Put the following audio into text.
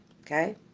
okay